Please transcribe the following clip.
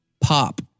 pop